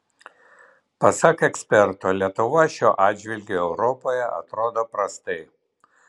pasak eksperto lietuva šiuo atžvilgiu europoje atrodo prastai